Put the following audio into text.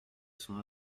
sont